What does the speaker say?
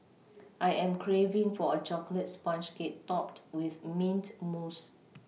I am craving for a chocolate sponge cake topped with mint mousse